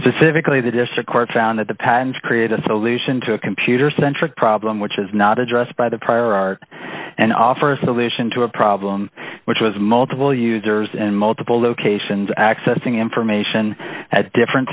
pacifically the district court found that the patents create a solution to a computer centric problem which is not addressed by the prior art and offer a solution to a problem which was multiple users in multiple locations accessing information at different